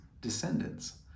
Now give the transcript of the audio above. descendants